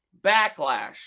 backlash